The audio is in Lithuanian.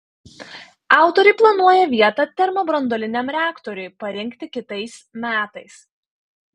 autoriai planuoja vietą termobranduoliniam reaktoriui parinkti kitais metais